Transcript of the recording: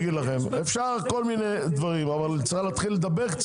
אפשר כל מיני דברים אבל צריך להתחיל לדבר.